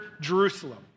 Jerusalem